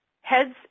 heads